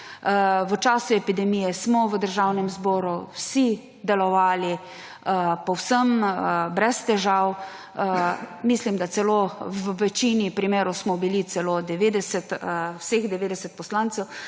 V času epidemije smo v Državnem zboru vsi delovali povsem brez težav. Mislim, da v večini primerov je bilo celo vseh 90 poslancev